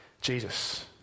Jesus